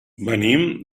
venim